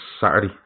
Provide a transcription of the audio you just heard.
Saturday